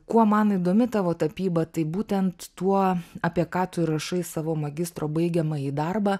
kuo man įdomi tavo tapyba tai būtent tuo apie ką tu rašai savo magistro baigiamąjį darbą